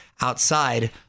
outside